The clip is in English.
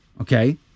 Okay